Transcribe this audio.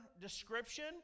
description